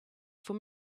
for